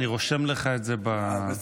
אני רושם לך את זה בזכות.